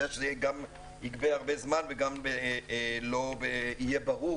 שזה גם יגבה הרבה זמן וגם לא יהיה ברור,